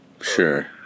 Sure